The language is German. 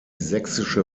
sächsische